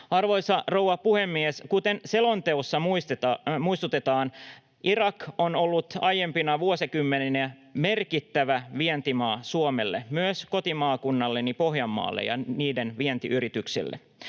Arvoisa rouva puhemies! Kuten selonteossa muistutetaan, Irak on ollut aiempina vuosikymmeninä merkittävä vientimaa Suomelle, myös kotimaakunnalleni Pohjanmaalle ja sen vientiyrityksille.